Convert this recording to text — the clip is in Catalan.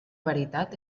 veritat